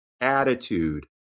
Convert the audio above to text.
attitude